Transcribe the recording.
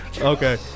okay